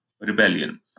rebellion